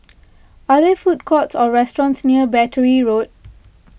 are there food courts or restaurants near Battery Road